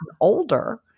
older